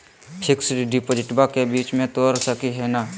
Fix डिपोजिटबा के बीच में तोड़ सकी ना?